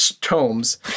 Tomes